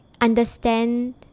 understand